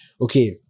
okay